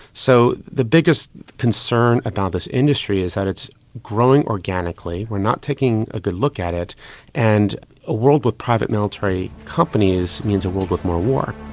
so the biggest concern about this industry is that it's growing organically, we are not taking a good look at it and a world with private military companies means a world with more war.